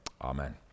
Amen